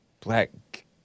black